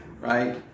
right